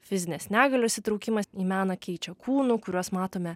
fizinės negalios įtraukimas į meną keičia kūnų kuriuos matome